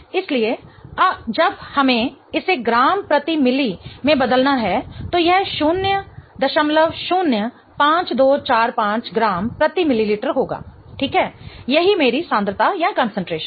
इसलिए जब हमें इसे ग्राम प्रति मिली में बदलना है तो यह 005245 ग्राम प्रति मिलीलीटर होगा ठीक है यही मेरी सांद्रता है